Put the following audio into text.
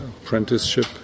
apprenticeship